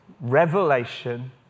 revelation